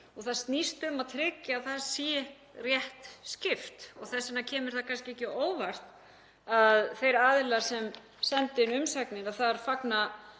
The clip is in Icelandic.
og það snýst um að tryggja að það sé rétt skipt. Það kemur því kannski ekki á óvart að þeir aðilar sem sendu inn umsagnir — þar fagna